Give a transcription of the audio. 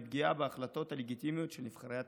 מפגיעה בהחלטות הלגיטימיות של נבחרי הציבור.